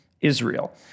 Israel